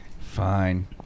Fine